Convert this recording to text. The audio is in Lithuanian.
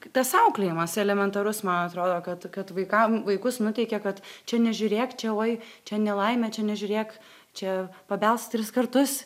tas auklėjimas elementarus man atrodo kad kad vaikam vaikus nuteikia kad čia nežiūrėk čia oi čia nelaimė čia nežiūrėk čia pabelsk tris kartus